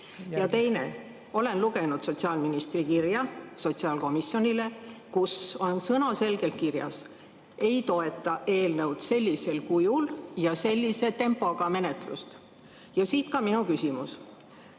Ja teiseks, ma olen lugenud sotsiaalministri kirja sotsiaalkomisjonile. Seal on sõnaselgelt kirjas: ei toeta eelnõu sellisel kujul ja sellise tempoga menetlust. Ja siit ka minu küsimus.